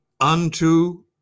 unto